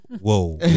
whoa